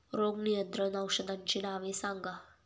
रोग नियंत्रण औषधांची नावे सांगा?